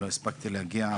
לא הספקתי להגיע,